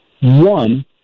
One